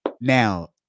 Now